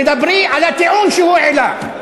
תדברי על הטיעון שהוא העלה.